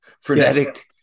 frenetic